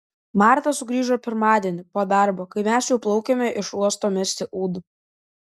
marta sugrįžo pirmadienį po darbo kai mes jau plaukėme iš uosto mesti ūdų